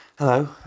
Hello